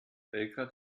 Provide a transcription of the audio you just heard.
belgrad